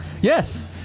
yes